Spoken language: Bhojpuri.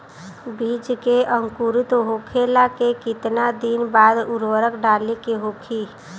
बिज के अंकुरित होखेला के कितना दिन बाद उर्वरक डाले के होखि?